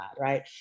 right